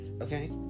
Okay